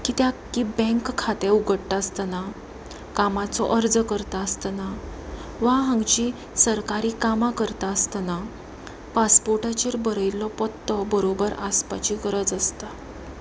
कित्याक की बँक खातें उगडटा आसतना कामाचो अर्ज करता आसतना वा हांगची सरकारी कामां करता आसतना पासपोर्टाचेर बरयल्लो पत्तो बरोबर आसपाची गरज आसता